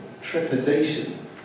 trepidation